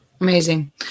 amazing